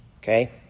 okay